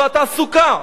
זו התעסוקה,